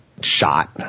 shot